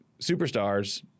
superstars